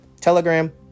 Telegram